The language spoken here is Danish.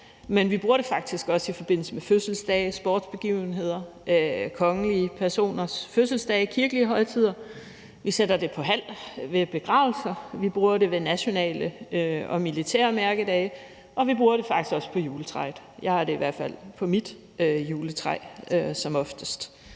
men vi bruger det faktisk også i forbindelse med fødselsdage, sportsbegivenheder, kongelige personers fødselsdage og kirkelige højtider. Vi sætter det på halv ved begravelser. Vi bruger det ved nationale og militære mærkedage, og vi bruger det faktisk også på juletræet. Jeg har det i hvert fald som oftest